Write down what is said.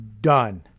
done